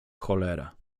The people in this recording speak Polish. cholera